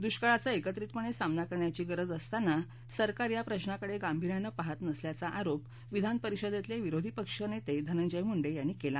दृष्काळाचा एकत्रितपणे सामना करण्याची गरज असताना सरकार या प्रश्नाकडे गांभीर्यानं पाहत नसल्याचा आरोप विधानपरिषदेतले विरोधी पक्ष नेते धनंजय मुंडे यांनी केला